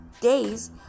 days